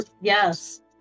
Yes